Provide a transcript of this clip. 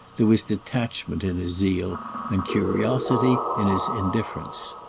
there was detachment in his zeal and curiosity in his indifference.